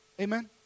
Amen